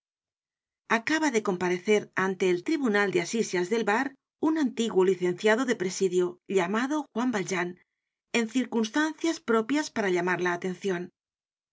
acaba de comparecer ante el tribunal de asisias del var un antiguo licenciado de presidio llamado juan valjean en circunstancias pro pias para llamar la atencion